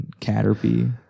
Caterpie